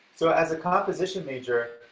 so as a composition major,